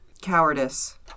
Cowardice